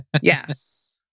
yes